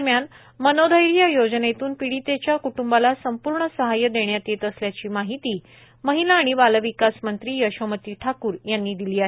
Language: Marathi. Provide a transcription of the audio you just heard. दरम्यान मनोधैर्य योजनेतून पीडितेच्या क्टंबाला संपूर्ण सहाय्य देण्यात येत असल्याची माहिती महिला आणि बालविकास मंत्री यशोमती ठाकूर यांनी दिली आहे